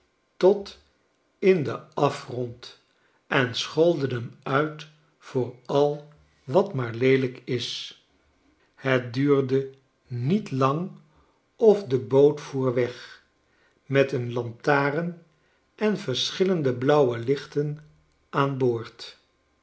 tot in den afgrond en scholden hem uit voor al wat maar leelijk is het duurde niet lang of de boot voer weg met een lantaren en verschillende blauwe lichten aan boord